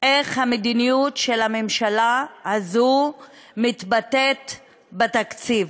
איך המדיניות של הממשלה הזאת מתבטאת בתקציב.